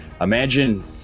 Imagine